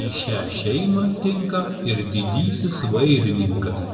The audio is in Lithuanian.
į šią šeimą tinka ir didysis vairininkas